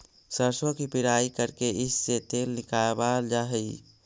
सरसों की पिड़ाई करके इससे तेल निकावाल जा हई